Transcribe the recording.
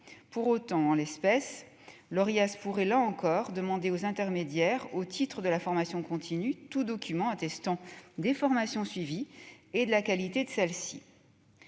Pour autant, en l'espèce, l'Orias pourrait, là encore, demander aux intermédiaires, au titre de la formation continue, tout document attestant des formations suivies et de la qualité de celles-ci.